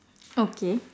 okay